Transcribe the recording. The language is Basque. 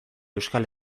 euskal